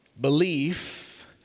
Belief